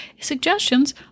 suggestions